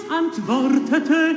antwortete